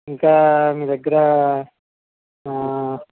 ఇంకా మీ దగ్గర